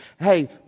Hey